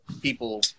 people